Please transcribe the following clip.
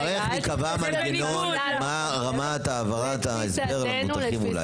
צריך להיקבע מנגנון מה רמת הבהרת ההסבר למבוטחים אולי.